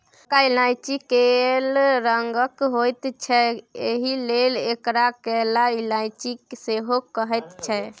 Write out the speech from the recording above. बरका इलायची कैल रंगक होइत छै एहिलेल एकरा कैला इलायची सेहो कहैत छैक